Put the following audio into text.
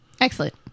Excellent